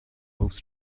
moves